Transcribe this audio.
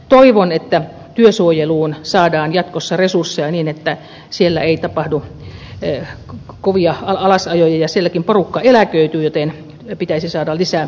toivon että työsuojeluun saadaan jatkossa resursseja niin että siellä ei tapahdu kovia alasajoja ja sielläkin porukka eläköityy joten pitäisi saada lisää työvoimaa